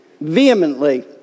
vehemently